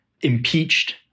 impeached